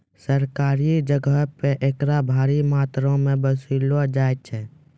सरकारियो जगहो पे एकरा भारी मात्रामे वसूललो जाय छै